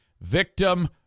victim